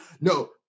No